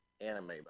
anime